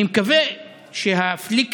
אני מקווה שהפליק-פלאק